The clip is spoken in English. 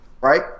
Right